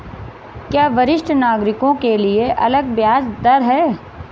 क्या वरिष्ठ नागरिकों के लिए अलग ब्याज दर है?